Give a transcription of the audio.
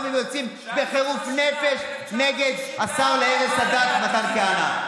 שהיום הם יוצאים בחירוף נפש נגד השר להרס הדת מתן כהנא,